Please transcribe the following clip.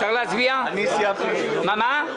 סתיו, מה את